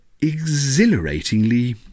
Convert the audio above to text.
exhilaratingly